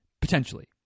Potentially